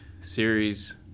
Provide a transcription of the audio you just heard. series